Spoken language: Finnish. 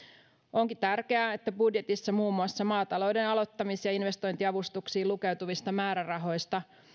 onkin tärkeää että budjetissa muun muassa maatalouden aloittamis ja investointiavustuksiin lukeutuvista määrärahoista